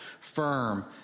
firm